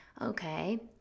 okay